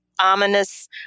ominous